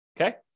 Okay